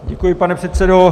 Děkuji, pane předsedo.